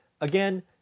Again